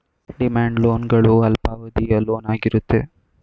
demand loan ಗಳು ಅಲ್ಪಾವಧಿಯ loan ಆಗಿರುತ್ತೆ